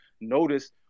notice